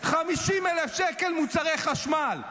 50,000 שקל מוצרי חשמל.